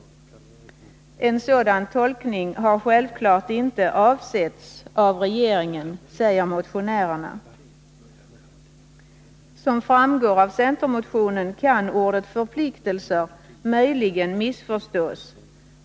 En sådan tolkning har självklart inte avsetts av regeringen, säger motionärerna. Som framgår av centermotionen kan ordet förpliktelser möjligen missförstås.